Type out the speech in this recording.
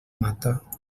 mata